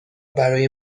برای